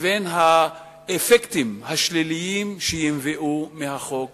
לבין האפקטים השליליים שינבעו מהחוק הזה.